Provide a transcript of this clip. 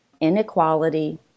inequality